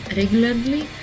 regularly